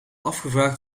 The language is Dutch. afgevraagd